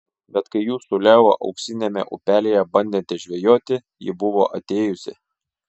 bet kai jūs su leo auksiniame upelyje bandėte žvejoti ji buvo atėjusi